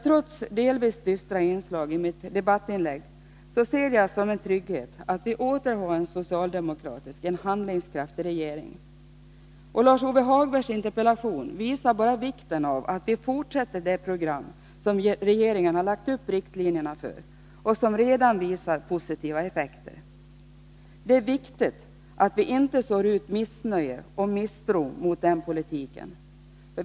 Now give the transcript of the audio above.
Trots delvis dystra inslag i mitt debattinlägg ser jag som en trygghet att vi åter har en socialdemokratisk handlingskraftig regering. Lars-Ove Hagbergs interpellation visar bara vikten av att vi fortsätter det program som regeringen lagt upp riktlinjerna för och som redan visar positiva effekter. Det är viktigt att vi inte sår ut missnöje och misstro mot den politiken.